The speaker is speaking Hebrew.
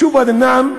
ואדי אל-נעם,